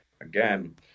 again